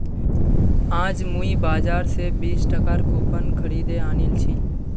आज मुई बाजार स बीस टकार कूपन खरीदे आनिल छि